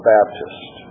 Baptist